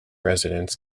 residents